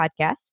podcast